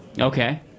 Okay